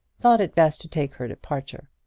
thought it best to take her departure.